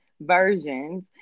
versions